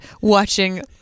watching